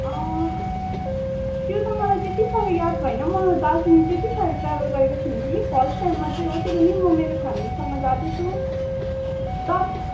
त्यो त मलाई त्यति साह्रो याद भएन म दार्जिलिङ त्यति साह्रो ट्राभल गरेको छुइनँ कि फर्स्ट टाइम मात्रै हो त्यो पनि म मेरो फ्यामेलीसँग जाँदैछु तप्